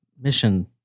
mission